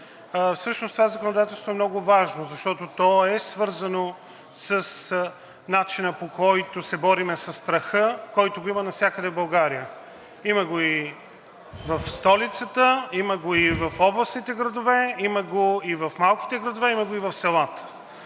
Всъщност това законодателство е много важно, защото то е свързано с начина, по който се борим със страха, който го има навсякъде в България – има го и в столицата, има го и в областните градове, има го и в малките градове, има го и в селата.